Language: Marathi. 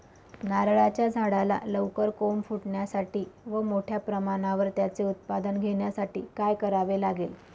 नारळाच्या झाडाला लवकर कोंब फुटण्यासाठी व मोठ्या प्रमाणावर त्याचे उत्पादन घेण्यासाठी काय करावे लागेल?